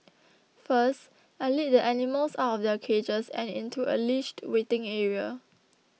first I lead the animals out of their cages and into a leashed waiting area